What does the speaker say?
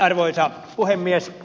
arvoisa puhemies